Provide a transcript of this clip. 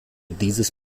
dieses